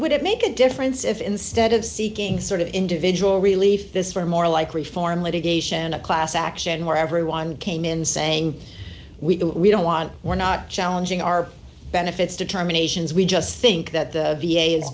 would it make a difference if instead of seeking sort of individual relief this were more like reform litigation a class action where everyone came in saying we we don't want we're not challenging our benefits determinations we just think that the v a is